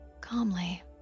calmly